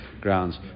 grounds